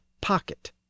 pocket